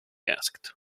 asked